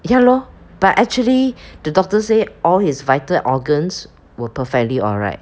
ya lor but actually the doctors say all his vital organs were perfectly alright